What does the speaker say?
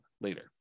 later